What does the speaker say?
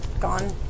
gone